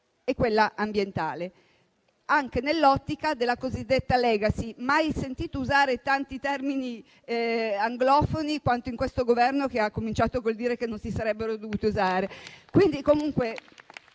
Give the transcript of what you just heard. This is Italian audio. e quella ambientale, anche nell'ottica della cosiddetta *legacy* (non avevo mai sentito usare tanti termini anglofoni quanto con questo Governo, che aveva esordito col dire che non si sarebbero dovuti usare).